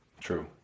true